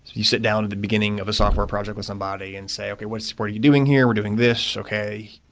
you sit down at the beginning of a software project with somebody and say, okay, what part are you doing here? we're doing this. okay.